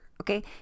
okay